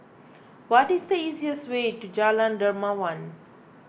what is the easiest way to Jalan Dermawan